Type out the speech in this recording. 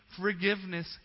forgiveness